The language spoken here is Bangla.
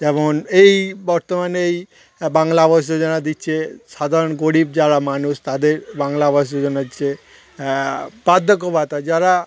যেমন এই বর্তমানে এই বাংলা আবাস যোজনা দিচ্ছে সাধারণ গরিব যারা মানুষ তাদের বাংলা আবাস যোজনা দিচ্ছে বার্ধক্য ভাতা যারা